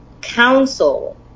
council